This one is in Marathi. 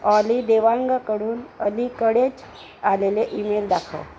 ऑली देवांगकडून अलीकडेच आलेले ईमेल दाखव